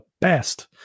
best